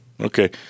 Okay